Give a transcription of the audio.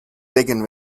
decken